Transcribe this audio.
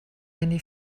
any